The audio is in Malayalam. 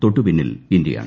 തൊട്ടുപിന്നിൽ ഇന്ത്യയാണ്